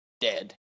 dead